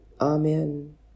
Amen